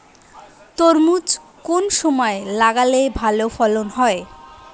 তরমুজ কোন সময় লাগালে ভালো ফলন হয়?